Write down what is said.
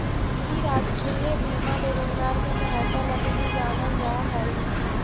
इ राष्ट्रीय बीमा बेरोजगार के सहायता लगी भी जानल जा हई